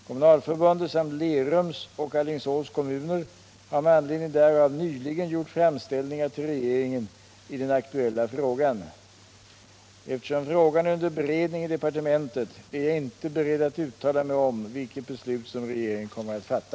Kommunalförbundet samt Lerums och Alingsås kommuner har med anledning därav nyligen gjort framställningar till regeringen i den aktuella frågan. Eftersom frågan är under beredning i departementet är jag inte beredd att uttala mig om vilket beslut som regeringen kommer att fatta.